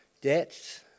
Debts